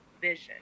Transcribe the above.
vision